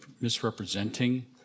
misrepresenting